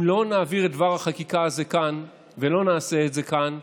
אם לא נעביר את דבר החקיקה הזה כאן ולא נעשה את זה כאן,